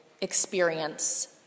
experience